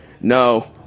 no